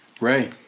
Ray